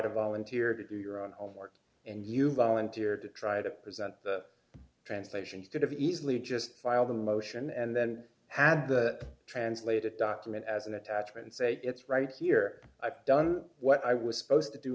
to volunteer to do your own homework and you volunteered to try to present translations could have easily just filed a motion and then have the translated document as an attachment say it's right here i've done what i was supposed to do